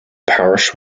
parish